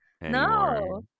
No